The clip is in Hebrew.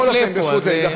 בכל אופן, בזכות זה.